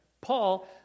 Paul